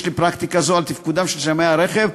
לפרקטיקה זו על תפקודם של שמאי הרכב,